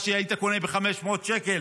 מה שהיית קונה ב-500 שקל,